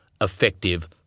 effective